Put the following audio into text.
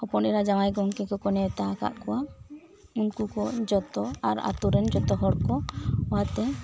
ᱦᱚᱯᱚᱱ ᱮᱨᱟ ᱡᱟᱶᱟᱭ ᱜᱚᱝᱠᱮ ᱠᱚᱠᱚ ᱱᱮᱶᱛᱟ ᱠᱟᱜ ᱠᱚᱣᱟ ᱩᱱᱠᱩ ᱠᱚ ᱡᱚᱛᱚ ᱟᱨ ᱟᱛᱳ ᱨᱮᱱ ᱡᱚᱛᱚ ᱦᱚᱲ ᱠᱚ ᱟᱛᱮ